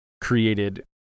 created